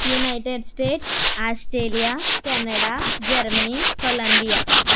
United States Australia Canada Germany Colombia